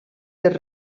dels